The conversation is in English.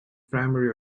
primary